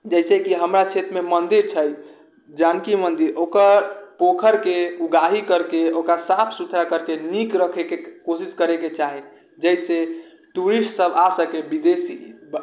जइसे कि हमरा क्षेत्रमे मन्दिर छै जानकी मन्दिर ओकर पोखरिके उगाही करिके ओकरा साफ सुथरा करिके नीक रखैके कोशिश करैके चाही जइसे टूरिस्टसब आबि सकै विदेशी